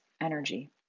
energy